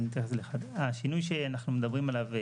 השינוי שאנחנו מדברים עליו,